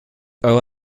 eurer